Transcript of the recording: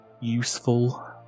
useful